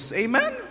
amen